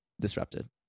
disrupted